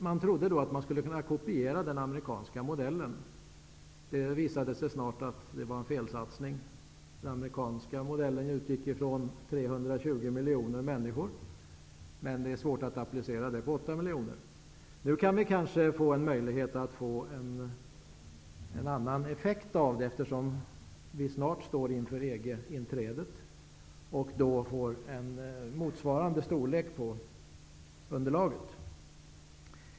Man trodde då att man skulle kunna kopiera den amerikanska modellen. Det visade sig snart att det var en felsatsning. Den amerikanska modellen utgick från 320 miljoner människor. Men det är svårt att applicera detta på 8 miljoner människor. Nu kan vi kanske få en möjlighet att få en annan effekt av det, eftersom vi snart står inför EG-inträdet och då får en motsvarande storlek på befolkningsunderlaget.